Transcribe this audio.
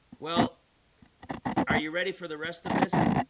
well are you ready for the rest of this?